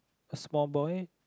a small boy